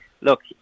look